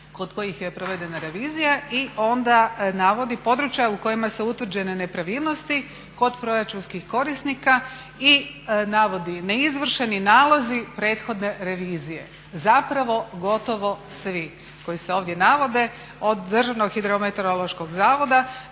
kod kojih je provedena revizija i onda navodi područja u kojima su utvrđene nepravilnosti kod proračunskih korisnika i navodi neizvršeni nalozi prethodne revizije. Zapravo gotovo svi koji se ovdje navode od Državnog hidrometeorološkog zavoda